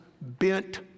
bent